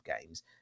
games